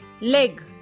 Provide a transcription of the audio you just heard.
Leg